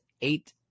eight